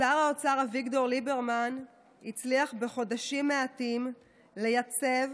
שר האוצר אביגדור ליברמן הצליח בחודשים מעטים לייצב